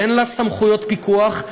אין לה סמכויות פיקוח,